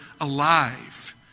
alive